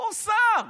פורסם.